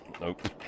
Nope